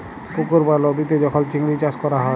পুকুর বা লদীতে যখল চিংড়ি চাষ ক্যরা হ্যয়